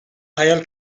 hayal